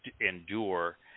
endure